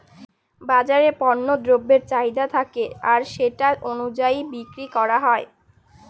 বাজারে পণ্য দ্রব্যের চাহিদা থাকে আর সেটা অনুযায়ী বিক্রি করা হয়